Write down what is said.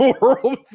World